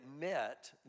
met